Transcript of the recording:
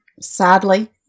sadly